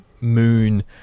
moon